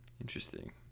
Interesting